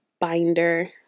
binder